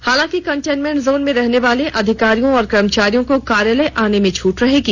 हालांकि containment zone में रहने वाले अधिकारियों और कर्मचारियों को कार्यालय आनें में छट रहेगी